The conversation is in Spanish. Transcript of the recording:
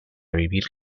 vivir